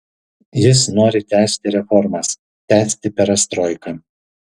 jis nori tęsti reformas tęsti perestroiką